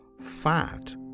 fat